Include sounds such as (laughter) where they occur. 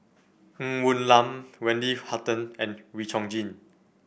Ng Woon Lam Wendy (unintelligible) Hutton and Wee Chong Jin